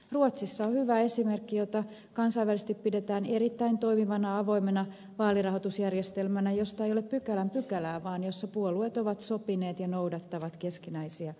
ruotsissa on hyvä esimerkki vaalirahoitusjärjestelmästä jota kansainvälisesti pidetään erittäin toimivana avoimena ja josta ei ole pykälän pykälää vaan jossa puolueet ovat sopineet ja noudattavat keskinäisiä sopimuksiaan